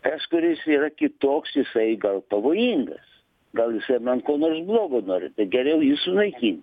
tas kuris yra kitoks jisai gal pavojingas gal jisai man ko nors blogo nori tai geriau jį sunaikint